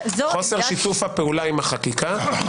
חוסר שיתוף הפעולה עם החקיקה,